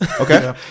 Okay